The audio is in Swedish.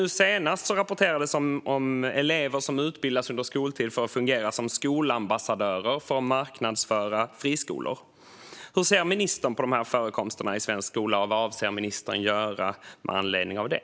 Nu senast rapporterades det om elever som under skoltid utbildas att fungera skolambassadörer för att marknadsföra friskolor. Hur ser ministern på förekomsten av detta i svensk skola, och vad avser ministern att göra med anledning av det?